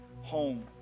home